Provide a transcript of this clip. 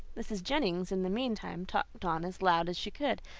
mrs. jennings, in the meantime, talked on as loud as she could,